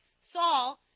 Saul